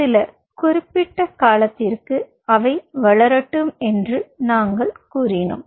சில குறிப்பிட்ட காலத்திற்கு அவை வளரட்டும் என்று நாங்கள் கூறினோம்